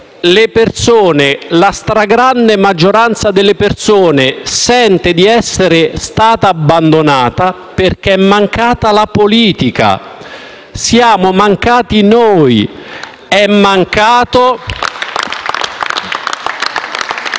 la stragrande maggioranza delle persone sente di essere stata abbandonata è perché è mancata la politica. Siamo mancati noi. *(Applausi